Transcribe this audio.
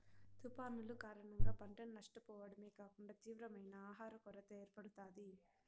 తుఫానులు కారణంగా పంటను నష్టపోవడమే కాకుండా తీవ్రమైన ఆహర కొరత ఏర్పడుతాది